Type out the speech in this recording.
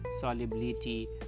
solubility